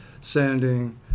sanding